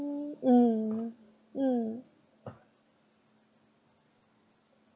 mm mm